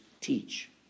teach